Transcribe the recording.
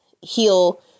heal